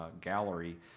gallery